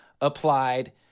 applied